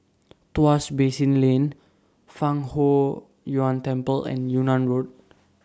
Tuas Basin Lane Fang Huo Yuan Temple and Yunnan Road